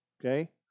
Okay